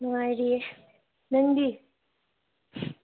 ꯅꯨꯡꯉꯥꯏꯔꯤꯌꯦ ꯅꯪꯗꯤ